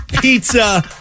Pizza